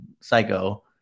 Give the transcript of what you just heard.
psycho